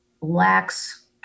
lacks